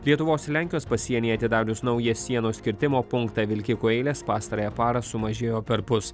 lietuvos ir lenkijos pasienyje atidarius naują sienos kirtimo punktą vilkikų eilės pastarąją parą sumažėjo perpus